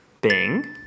Bing